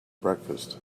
breakfast